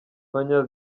abanya